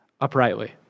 uprightly